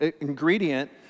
ingredient